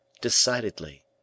decidedly